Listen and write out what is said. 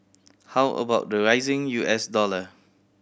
how about the rising U S dollar